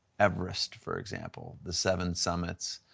everest, for example, the seven summits,